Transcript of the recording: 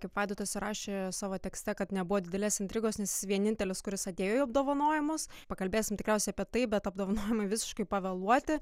kaip vaidotas rašė savo tekste kad nebuvo didelės intrigos nes vienintelis kuris atėjo į apdovanojimus pakalbėsim tikriausiai apie tai bet apdovanojimai visiškai pavėluoti